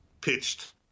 pitched